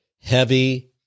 Heavy